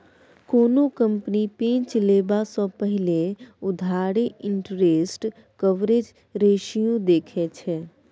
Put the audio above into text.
कोनो कंपनी पैंच लेबा सँ पहिने उधारी इंटरेस्ट कवरेज रेशियो देखै छै